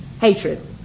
Hatred